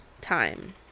time